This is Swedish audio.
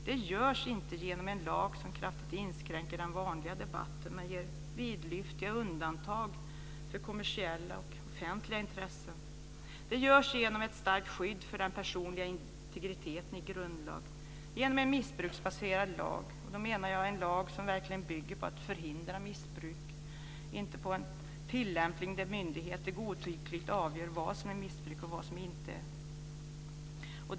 Det görs inte genom en lag som kraftigt inskränker den vanliga debatten men ger vidlyftiga undantag för kommersiella och offentliga intressen. Det görs genom ett starkt skydd för den personliga integriteten i grundlag och genom en missbruksbaserad lag. Jag menar då en lag som verkligen bygger på att förhindra missbruk, inte på en tillämpning där myndigheter godtyckligt avgör vad som är missbruk och vad som är inte är det.